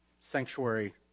sanctuary